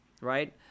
right